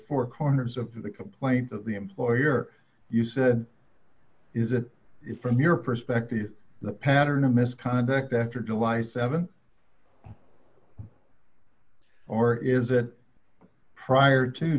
four corners of the complaint that the employer you said is a it from your perspective the pattern of misconduct after july th or is it prior to